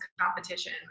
competition